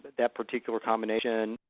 that particular combination,